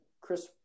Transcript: Chris